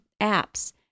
apps